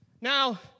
Now